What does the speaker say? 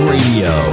Radio